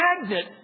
magnet